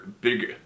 bigger